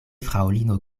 fraŭlino